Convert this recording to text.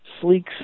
sleek